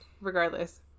regardless